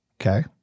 okay